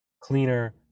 cleaner